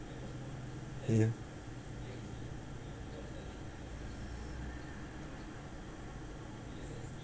ya